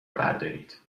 بردارید